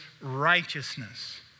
righteousness